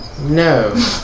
No